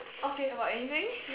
okay about anything